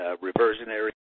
reversionary